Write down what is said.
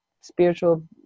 spiritual